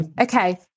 Okay